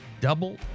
Double